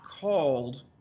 called